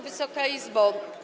Wysoka Izbo!